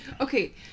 Okay